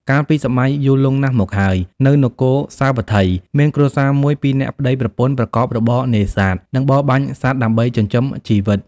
កាលពីសម័យយូរលង់ណាស់មកហើយ នៅនគរសាវត្ថី មានគ្រួសារមួយ ពីរនាក់ប្តីប្រពន្ធ ប្រកបរបរនេសាទ និងបរបាញ់សត្វដើម្បីចិញ្ចឹមជីវិត ។